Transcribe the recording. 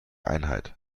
einheit